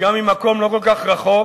וגם ממקום לא כל כך רחוק,